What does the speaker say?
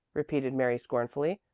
repeated mary scornfully.